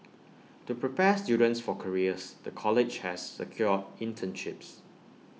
to prepare students for careers the college has secured internships